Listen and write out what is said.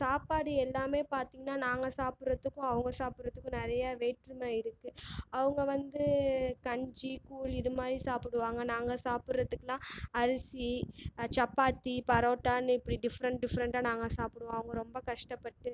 சாப்பாடு எல்லாமே பார்த்திங்கனா நாங்கள் சாப்பிட்றதுக்கும் அவங்க சாப்பிட்றதுக்கும் நிறைய வேற்றுமை இருக்குது அவங்க வந்து கஞ்சி கூழ் இது மாதிரி சாப்பிடுவாங்க நாங்கள் சாப்பிட்றதுக்லான் அரிசி சப்பாத்தி பரோட்டானு இப்படி டிஃப்ஃபரன்ட் டிஃப்ஃபரன்டா நாங்கள் சாப்பிடுவோம் அவங்க ரொம்ப கஷ்டப்பட்டு